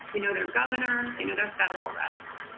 they know their governor. they know their federal reps,